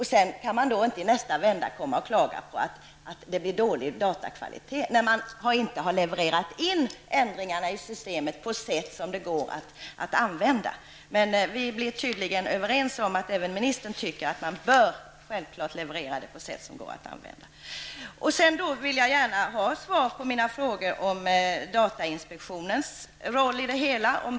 I nästa vända kan man inte komma och klaga på att det blir dålig datakvalitet, när man inte har levererat in ändringarna i systemet på sätt som går att använda. Men vi blir tydligen överens, eftersom även ministern tycker att man självklart bör leverera på sätt som går att använda. Sedan vill jag gärna ha svar på mina frågor om datainspektionens roll i skeendet.